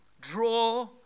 Draw